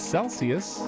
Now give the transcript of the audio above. Celsius